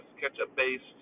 ketchup-based